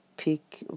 pick